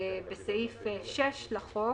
בסעיף 6 לחוק